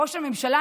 ראש הממשלה,